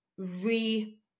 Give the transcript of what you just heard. re